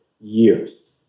years